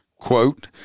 quote